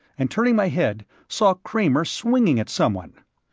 and turning my head, saw kramer swinging at someone.